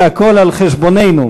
והכול על חשבוננו,